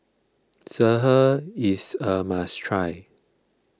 Sireh is a must try